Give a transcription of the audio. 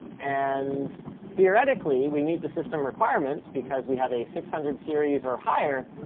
and theoretically, we meet the system requirements because we have a six hundred series or higher,